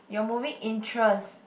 your movie interest